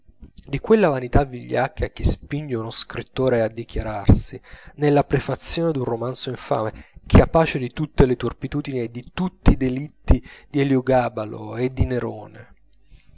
di quella vanità vigliacca che spinge uno scrittore a dichiararsi nella prefazione d'un romanzo infame capace di tutte le turpitudini e di tutti i delitti di eliogabalo e di nerone